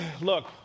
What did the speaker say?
look